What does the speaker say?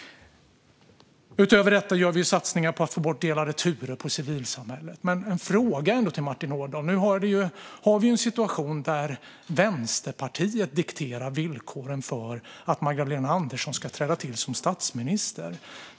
Utöver detta gör vi satsningar på att få bort delade turer och på civilsamhället. Men jag har ändå en fråga till Martin Ådahl. Nu har vi ju en situation där Vänsterpartiet dikterar villkoren för att Magdalena Andersson ska träda till som statsminister.